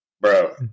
Bro